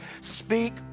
Speak